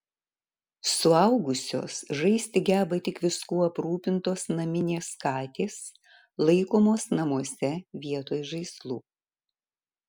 suaugusios žaisti geba tik viskuo aprūpintos naminės katės laikomos namuose vietoj žaislų